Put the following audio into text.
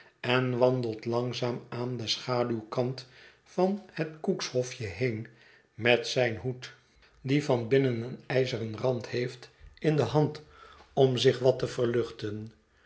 en wandelt langzaam aan den schaduwkant van het cooks hofje heen met zijn hoed die van lm het verlaten huis binnen een ijzeren rand heeft in de hand om zich wat te verluchten